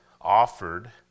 offered